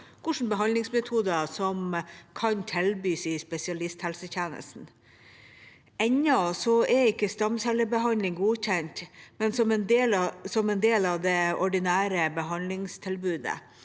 hvilke behandlingsmetoder som kan tilbys i spesialisthelsetjenesten. Enda er ikke stamcellebehandling godkjent som en del av det ordinære behandlingstilbudet,